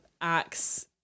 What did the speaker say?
acts